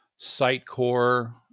Sitecore